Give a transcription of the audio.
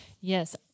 Yes